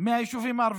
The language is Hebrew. מהיישובים הערביים.